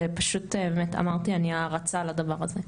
אני פשוט בהערצה לדבר הזה.